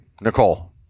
Nicole